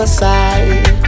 side